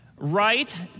Right